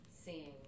seeing